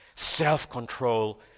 Self-control